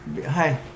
hi